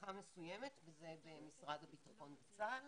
הצלחה מסוימת וזה במשרד הביטחון וצה"ל.